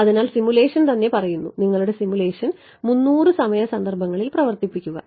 അതിനാൽ സിമുലേഷൻ തന്നെ പറയുന്നു നിങ്ങളുടെ സിമുലേഷൻ 300 സമയ സന്ദർഭങ്ങളിൽ പ്രവർത്തിപ്പിക്കുക